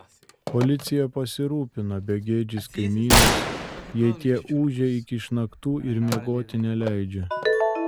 policija pasirūpina begėdžiais kaimynais jei tie ūžia iki išnaktų ir miegoti neleidžia